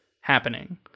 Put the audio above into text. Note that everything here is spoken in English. happening